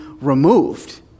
removed